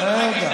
רגע, רגע.